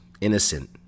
innocent